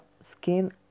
skin